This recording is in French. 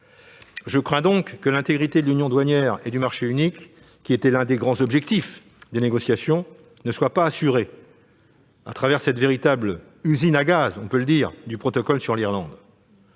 Je crains donc que l'intégrité de l'union douanière et du marché unique, qui était l'un des grands objectifs des négociations, ne soit pas assurée à travers cette véritable « usine à gaz » du protocole sur l'Irlande.